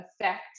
affect